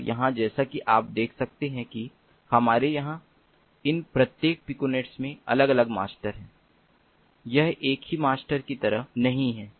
और यहां जैसा कि आप देख सकते हैं कि हमारे यहां इन प्रत्येक पिकोनेट में अलग अलग मास्टर हैं यह एक ही मास्टर की तरह नहीं है